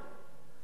הקל, של העניין,